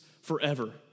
forever